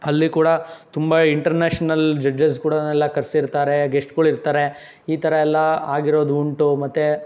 ಅಲ್ಲಿ ಕೂಡ ತುಂಬ ಇಂಟರ್ನ್ಯಾಷನಲ್ ಜಡ್ಜಸ್ಗಳನೆಲ್ಲ ಕರೆಸಿರ್ತಾರೆ ಗೆಸ್ಟ್ಗಳ್ ಇರ್ತಾರೆ ಈ ಥರ ಎಲ್ಲ ಆಗಿರೋದು ಉಂಟು ಮತ್ತು